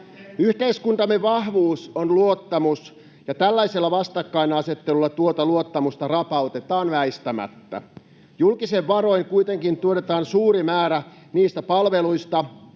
Yhteiskuntamme vahvuus on luottamus, ja tällaisella vastakkainasettelulla tuota luottamusta rapautetaan väistämättä. Julkisin varoin kuitenkin tuotetaan suuri määrä niistä palveluista,